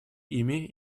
ими